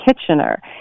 Kitchener